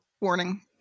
warning